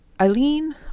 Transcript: Eileen